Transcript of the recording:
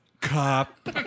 Cop